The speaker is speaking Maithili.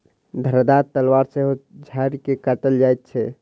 धारदार तलवार सॅ सेहो झाइड़ के काटल जाइत छै